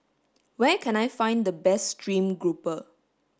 where can I find the best stream grouper